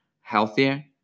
healthier